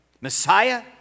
Messiah